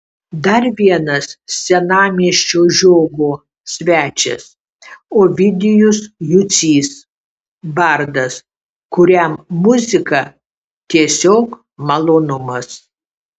dar vienas senamiesčio žiogo svečias ovidijus jucys bardas kuriam muzika tiesiog malonumas